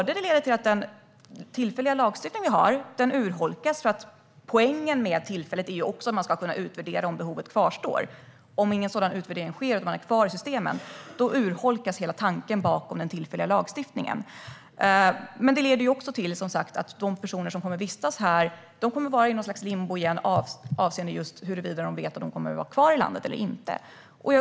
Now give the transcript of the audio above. Detta leder till att den tillfälliga lagstiftningen urholkas. Poängen med tidsbegränsningen är att man ska kunna utvärdera om behovet kvarstår. Om ingen sådan utvärdering sker och personerna är kvar i systemet urholkas hela tanken bakom den tillfälliga lagstiftningen. Det leder också till att de personer som vistas här kommer att vara i limbo vad gäller att veta om de kommer att vara kvar i landet eller inte.